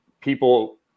people